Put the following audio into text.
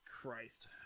christ